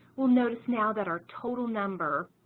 we'll notice now that our total number